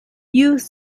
youth